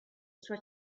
sua